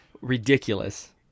Ridiculous